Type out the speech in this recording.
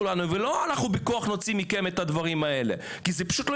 לנו ולא אנחנו נוציא מכם בכוח כי זה פשוט לא